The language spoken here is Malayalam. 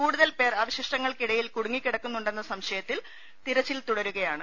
കൂടുതൽ പേർ അവശിഷ്ടങ്ങൾക്കിട യിൽ കുടുങ്ങിക്കിടക്കുന്നുണ്ടെന്ന സംശയത്തിൽ തിരച്ചിൽ തുടരു കയാണ്